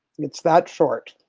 it's that short.